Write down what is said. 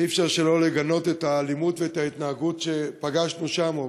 ואי-אפשר שלא לגנות את האלימות ואת ההתנהגות שפגשנו שם,